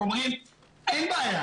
קחו,